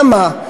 אלא מה?